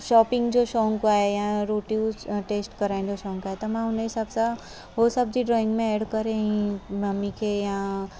shopping जो शौक़ु आहे या रोटी कुझु टेस्ट कराइण जो शौक़ु आहे त मां हुन हिसाबु सां उहो सभु जी ड्रॉइंग में ऐड करे ऐं मम्मी खे या